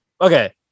okay